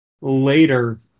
later